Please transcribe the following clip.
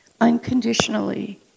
unconditionally